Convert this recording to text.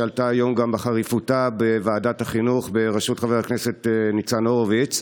שעלתה היום בחריפותה גם בוועדת החינוך בראשות חבר הכנסת ניצן הורוביץ: